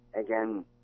again